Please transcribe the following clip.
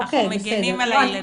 אנחנו מגנים על הילדים.